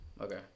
Okay